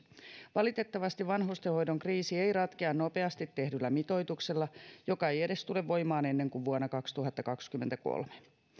valitettavasti vanhustenhoidon kriisi ei ratkea nopeasti tehdyllä mitoituksella joka ei edes tule voimaan ennen kuin vuonna kaksituhattakaksikymmentäkolme